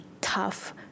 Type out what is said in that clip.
tough